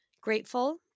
grateful